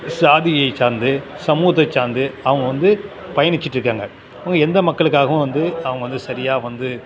சாதியை சார்ந்து சமூகத்தை சார்ந்து அவங்க வந்து பயணிச்சுட்ருக்காங்க அவங்க எந்த மக்களுக்காகவும் வந்து அவங்க வந்து சரியாக வந்து